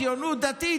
ציונות דתית,